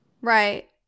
Right